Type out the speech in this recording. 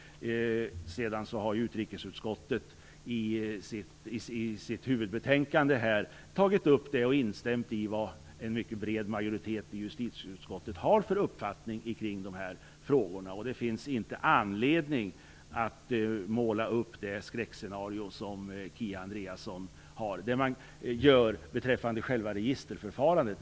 Utrikesutskottet har sedan i sitt huvudbetänkande tagit upp frågorna och instämt i en mycket bred majoritets i justitieutskottet uppfattning i frågorna. Det finns ingen anledning att måla upp det skräckscenario som Kia Andreasson gör beträffande själva registerförfarandet.